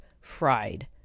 fried